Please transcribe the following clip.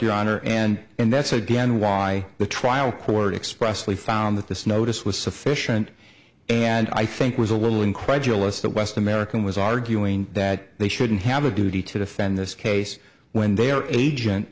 your honor and and that's again why the trial court expressly found that this notice was sufficient and i think was a little incredulous that west american was arguing that they shouldn't have a duty to defend this case when they are agent